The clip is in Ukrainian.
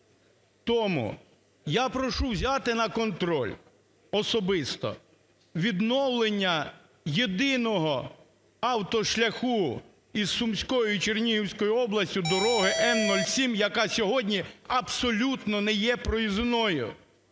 Тому я прошу взяти на контроль особисто відновлення єдиного автошляху із Сумської і Чернігівської області дороги Н-07, яка сьогодні абсолютно не є проїзною.